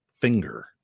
finger